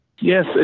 Yes